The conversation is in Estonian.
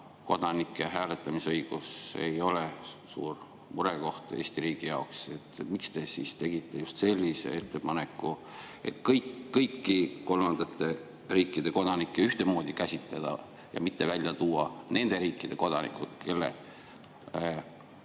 kodanike hääletamisõigus ei ole suur murekoht Eesti riigi jaoks. Miks te siis tegite just sellise ettepaneku, et kõiki kolmandate riikide kodanikke ühtemoodi käsitleda ja mitte välja tuua nende riikide kodanikud, kelle